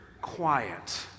quiet